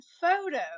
photo